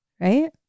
right